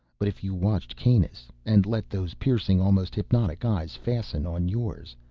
but, if you watched kanus, and let those piercing, almost hypnotic eyes fasten on yours,